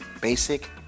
basic